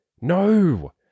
No